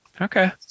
Okay